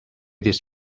this